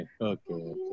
okay